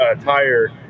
tire